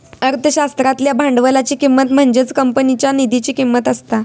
अर्थशास्त्रातल्या भांडवलाची किंमत म्हणजेच कंपनीच्या निधीची किंमत असता